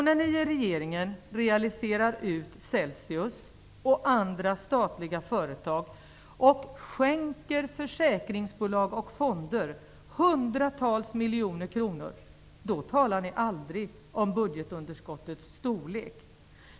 När ni i regeringen realiserar ut Celsius och andra statliga företag och skänker försäkringsbolag och fonder hundratals miljoner kronor, då talar ni aldrig om budgetunderskottets storlek.